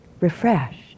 refreshed